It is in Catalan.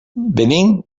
venim